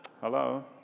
Hello